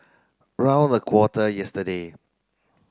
round a quarter yesterday